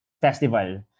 festival